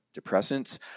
depressants